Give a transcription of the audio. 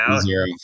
Zero